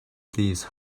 these